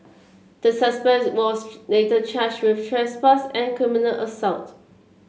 the suspect was later charged with trespass and criminal assault